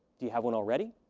do you have one already?